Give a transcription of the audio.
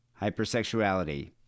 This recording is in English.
hypersexuality